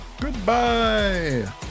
Goodbye